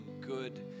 good